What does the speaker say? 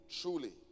truly